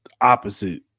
opposite